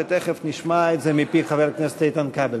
ותכף נשמע את זה מפי חבר הכנסת איתן כבל.